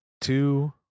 two